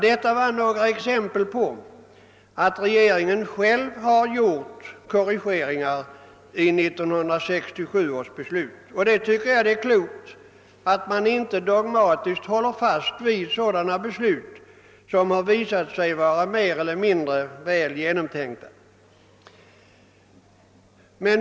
Detta var några exempel på att regeringen själv gjort korrigeringar i 1967 års beslut. Det är klokt att man inte dogmatiskt håller fast vid sådana beslut som har visat sig vara mindre välbetänkta.